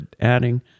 adding